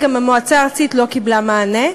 גם המועצה הארצית לא קיבלה מענה.